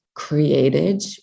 created